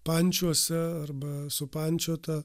pančiuose arba supančiotą